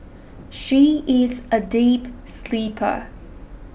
she is a deep sleeper